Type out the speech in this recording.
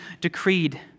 decreed